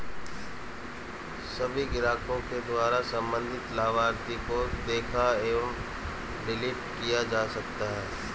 सभी ग्राहकों के द्वारा सम्बन्धित लाभार्थी को देखा एवं डिलीट किया जा सकता है